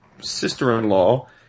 sister-in-law